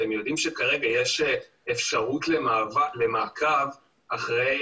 אבל הם יודעים שכרגע יש אפשרות למעקב אחרי